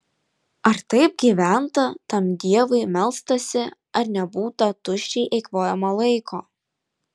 ar taip gyventa tam dievui melstasi ar nebūta tuščiai eikvojamo laiko